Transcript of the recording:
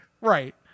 Right